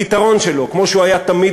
הפתרון שלו למצוקותיו,